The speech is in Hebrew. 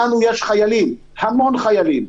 לנו יש המון חיילים.